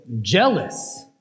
jealous